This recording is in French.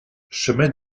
chemin